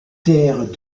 terres